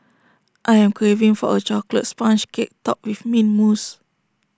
I am craving for A Chocolate Sponge Cake Topped with Mint Mousse